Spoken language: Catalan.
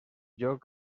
lloc